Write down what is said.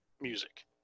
music